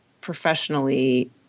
professionally